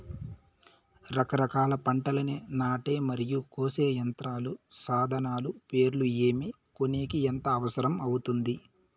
రకరకాల పంటలని నాటే మరియు కోసే యంత్రాలు, సాధనాలు పేర్లు ఏమి, కొనేకి ఎంత అవసరం అవుతుంది?